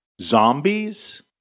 Zombies